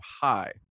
high